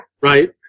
right